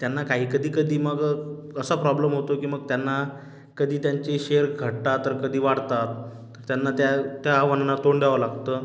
त्यांना काही कधी कधी मग असा प्रॉब्लम होतो की मग त्यांना कधी त्यांचे शेर घटतात तर कधी वाढतात त्यांना त्या त्या आव्हानांना तोंड द्यावं लागतं